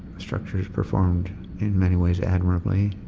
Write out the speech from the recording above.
structure's performed in many ways admirably,